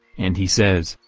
and he says,